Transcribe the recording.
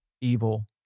evil